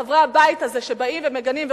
חברי הבית הזה שבאים ומגנים,